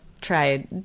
try